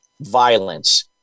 violence